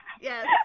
Yes